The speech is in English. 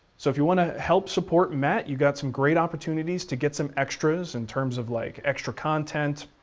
so if you want to help support matt, you got some great opportunities to get some extras in terms of like extra content,